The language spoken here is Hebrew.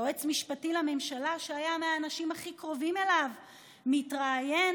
יועץ משפטי לממשלה שהיה מהאנשים הכי קרובים אליו מתראיין